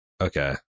Okay